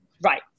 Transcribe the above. right